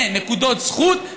לנקודות זכות.